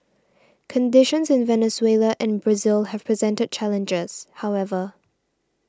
conditions in Venezuela and Brazil have presented challenges however